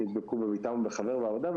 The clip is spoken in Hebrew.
נדבקו בביתם או מחבר לעבודה,